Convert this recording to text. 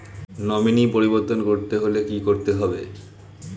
Nominee পরিবর্তন করতে হলে কী করতে হবে?